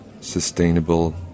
sustainable